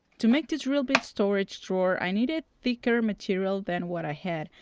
to make the drill bit storage drawer, i needed thicker material than what i had,